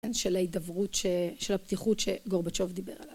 של ההידברות, של הפתיחות שגורבצ'וב דיבר עליו.